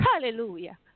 Hallelujah